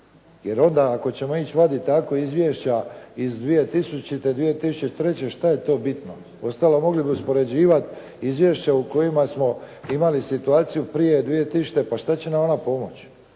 jer onda ako ćemo ići vaditi tako izvješća iz 2000., 2003. šta je to bitno. Uostalom mogli bi uspoređivati izvješća u kojima smo imali situaciju prije 2000. pa šta će nam ona pomoći.